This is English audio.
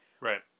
Right